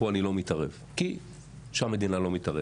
פה אני לא מתערב כי המדינה לא מתערבת,